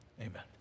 amen